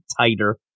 tighter